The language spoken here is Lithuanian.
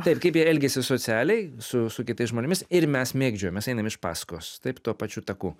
taip kaip jie elgiasi socialiai su su kitais žmonėmis ir mes mėgdžiojam mes einam iš paskos taip tuo pačiu taku